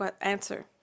answer